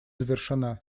завершена